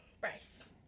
Bryce